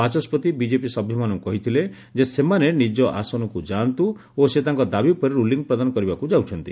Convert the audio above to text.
ବାଚସ୍ୱତି ବିଜେପି ସଭ୍ୟ ମାନଙ୍କୁ କହିଥିଲେ ଯେ ସେମାନେ ନିକ ଆସନକୁ ଯାଆନ୍ତୁ ଓ ସେ ତାଙ୍କ ଦାବି ଉପରେ ରୁଲିଂ ପ୍ରଦାନ କରିବାକୁ ଯାଉଛନ୍ତି